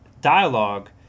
dialogue